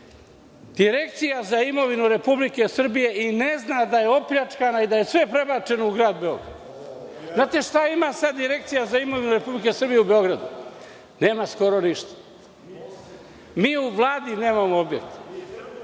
hoćete. Direkcija za imovinu Republike Srbije i ne zna da je opljačkana i da je sve prebačeno u Grad Beograd. Da li znate šta sada ima Direkcija za imovinu Republike Srbije u Beogradu? Nema skoro ništa. Mi u Vladi nemamo objekat.